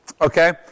okay